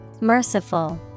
Merciful